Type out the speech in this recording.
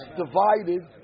divided